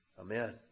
Amen